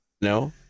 No